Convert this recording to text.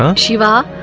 um shiva,